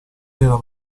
era